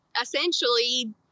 essentially